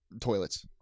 toilets